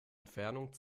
entfernung